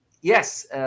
yes